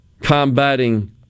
combating